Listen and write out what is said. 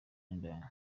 n’indaya